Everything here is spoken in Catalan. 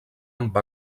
amb